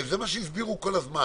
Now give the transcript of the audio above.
הרי זה מה שהסבירו כל הזמן.